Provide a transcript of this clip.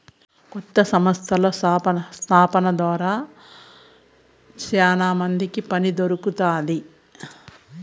కొత్త సంస్థల స్థాపన ద్వారా శ్యానా మందికి పని దొరుకుతాది